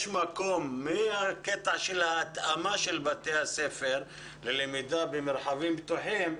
יש מקום מהקטע של ההתאמה של בתי הספר ללמידה במרחבים פתוחים,